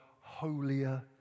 holier